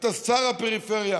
אתה שר הפריפריה,